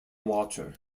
water